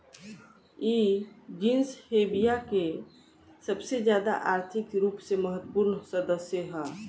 इ genus Hevea के सबसे ज्यादा आर्थिक रूप से महत्वपूर्ण सदस्य ह